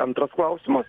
antras klausimas